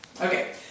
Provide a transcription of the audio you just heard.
Okay